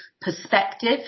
perspective